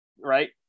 right